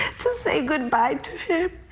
to say goodbye to him.